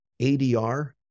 ADR